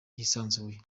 hisanzuye